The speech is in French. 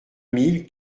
mille